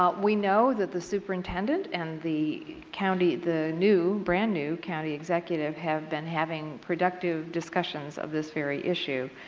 um we know that the superintendent and the county, the new brand new county executive have been having productive discussions of this very issue.